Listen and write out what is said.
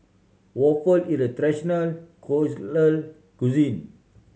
waffle is a traditional cuisine